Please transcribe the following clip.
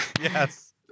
Yes